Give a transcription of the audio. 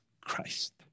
Christ